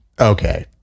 Okay